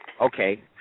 Okay